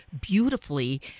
beautifully